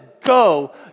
go